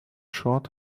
short